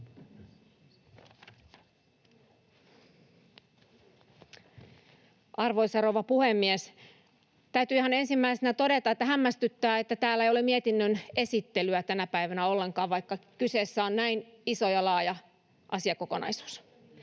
Arvoisa rouva puhemies! Täytyy ihan ensimmäisenä todeta, että hämmästyttää, että täällä ei ole mietinnön esittelyä tänä päivänä ollenkaan, vaikka kyseessä on näin iso ja laaja asiakokonaisuus.